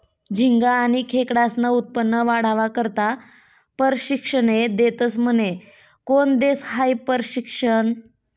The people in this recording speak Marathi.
झिंगा आनी खेकडास्नं उत्पन्न वाढावा करता परशिक्षने देतस म्हने? कोन देस हायी परशिक्षन?